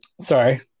Sorry